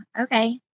Okay